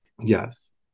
yes